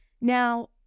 Now